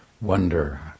wonder